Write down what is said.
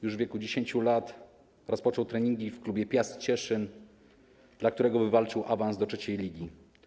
Już w wieku 10 lat rozpoczął treningi w klubie Piast Cieszyn, dla którego wywalczył awans do III ligi.